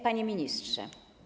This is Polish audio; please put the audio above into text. Panie Ministrze!